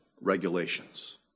regulations